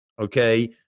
Okay